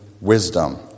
wisdom